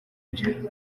byo